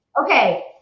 okay